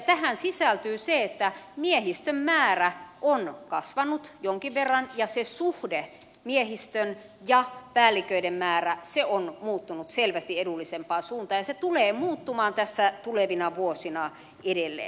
tähän sisältyy se että miehistön määrä on kasvanut jonkin verran ja se suhde miehistön ja päälliköiden määrä on muuttunut selvästi edullisempaan suuntaan ja se tulee muuttumaan tässä tulevina vuosina edelleen